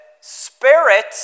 spirit